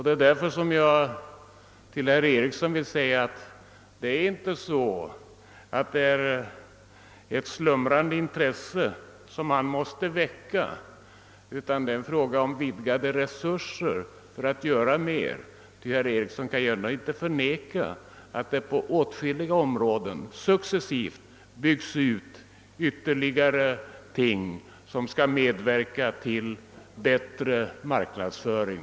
Det är därför som jag till herr Ericsson i Åtvidaberg vill säga att det inte är så att det är ett slumrande intresse som han måste väcka, utan det är en fråga om vidgade resurser om man skall kunna göra mer. Herr Ericsson kan ju inte gärna förneka att det på åtskilliga områden sker en utbyggnad för att främja en bättre marknadsföring.